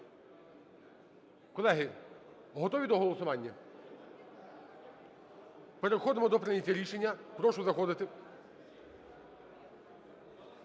Колеги, готові до голосування? Переходимо до прийняття рішення. Прошу заходити.